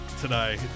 today